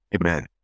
Amen